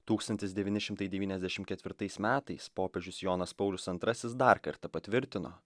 tūkstantis devyni šimtai devyniasdešimt ketvirtais metais popiežius jonas paulius antrasis dar kartą patvirtino